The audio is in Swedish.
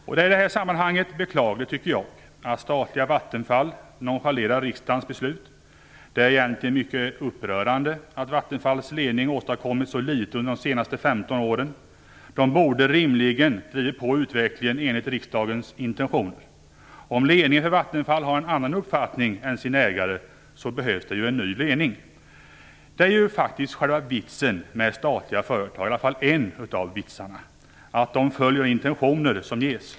Det är i detta sammanhang enligt min mening beklagligt att statliga Vattenfall nonchalerar riksdagens beslut. Det är egentligen mycket upprörande att Vattenfalls ledning åstadkommit så litet under de senaste 15 åren. De borde rimligen ha drivit på utvecklingen enligt riksdagens intentioner. Om ledningen för Vattenfall har en annan uppfattning än sin ägare behövs det en ny ledning. I varje fall en vits med statliga företag är att de följer de intentioner som ges.